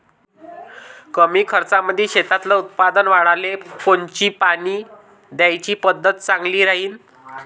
कमी खर्चामंदी शेतातलं उत्पादन वाढाले कोनची पानी द्याची पद्धत चांगली राहीन?